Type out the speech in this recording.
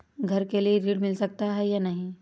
घर के लिए ऋण मिल सकता है या नहीं?